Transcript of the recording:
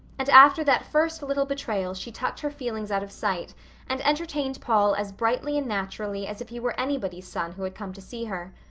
and after that first little betrayal she tucked her feelings out of sight and entertained paul as brightly and naturally as if he were anybody's son who had come to see her.